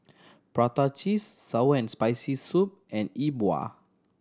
prata cheese sour and Spicy Soup and Yi Bua